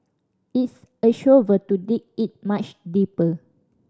it's a shovel to dig it much deeper